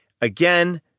Again